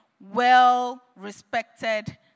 well-respected